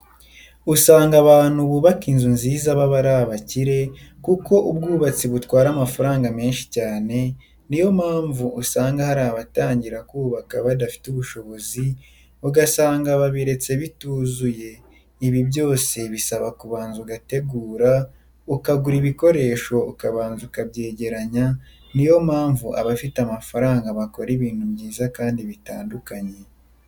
Usanga abantu bubaka inzu nziza baba ari abakire kuko ubwubatsi butwara amafaranga menshi cyane, ni yo mpamvu usanga hari abatangira kubaka badafite ubushobozi ugasanga babiretse bituzuye, ibi byose bisaba kubanza ugategura ukagura ibikoresho ukabanza ukabyegeranye, ni yo mpamvu abafite amafaranga bakora ibintu byiza kandi bitandukanye.